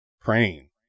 praying